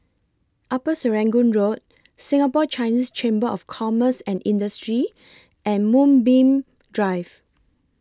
Upper Serangoon Road Singapore Chinese Chamber of Commerce and Industry and Moonbeam Drive